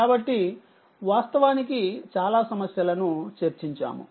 కాబట్టి వాస్తవానికి చాలా సమస్యలను చర్చించాము